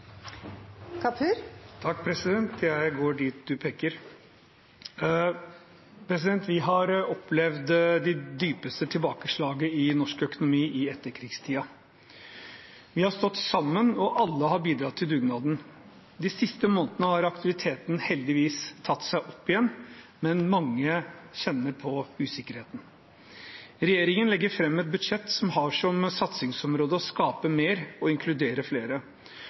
Vi har opplevd de dypeste tilbakeslag i norsk økonomi i etterkrigstiden. Vi har stått sammen, og alle har bidratt til dugnaden. De siste månedene har aktiviteten heldigvis tatt seg opp igjen, men mange kjenner på usikkerheten. Regjeringen legger fram et budsjett som har som satsingsområde å skape mer og inkludere